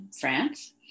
France